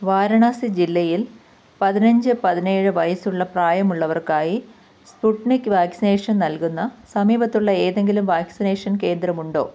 വാരണാസി ജില്ലയിൽ പതിനഞ്ച് പതിനേഴ് വയസ്സുള്ള പ്രായമുള്ളവർക്കായി സ്പുട്നിക് വാക്സിൻ നൽകുന്ന സമീപത്തുള്ള ഏതെങ്കിലും വാക്സിനേഷൻ കേന്ദ്രമുണ്ടോ